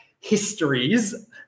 histories